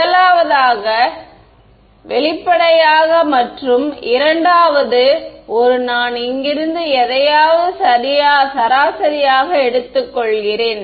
முதலாவது வெளிப்படையாக மற்றும் இரண்டாவது ஒரு நான் இங்கிருந்து எதையாவது சராசரியாக எடுத்துக்கொள்கிறேன்